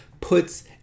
puts